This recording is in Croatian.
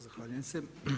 Zahvaljujem se.